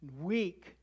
weak